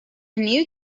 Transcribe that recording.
new